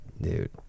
dude